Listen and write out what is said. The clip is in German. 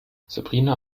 sabrina